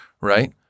right